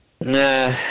Nah